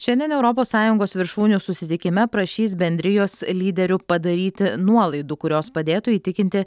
šiandien europos sąjungos viršūnių susitikime prašys bendrijos lyderių padaryti nuolaidų kurios padėtų įtikinti